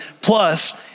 plus